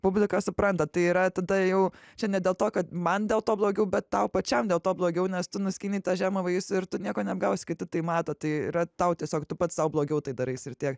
publika supranta tai yra tada jau čia ne dėl to kad man dėl to blogiau bet tau pačiam dėl to blogiau nes tu nuskynei tą žemą vaisių ir tu nieko neapgausi kiti tai mato tai yra tau tiesiog tu pats sau blogiau tai darais ir tiek